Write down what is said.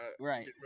Right